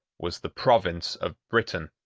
was the province of britain.